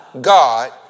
God